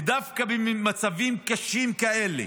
ודווקא במצבים קשים כאלה,